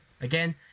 Again